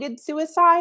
suicide